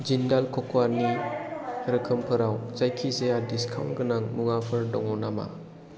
जिन्डाल कक'आनि रोखोमफोराव जायखिजाया डिसकाउन्ट गोनां मुवाफोर दङ नामा